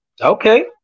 Okay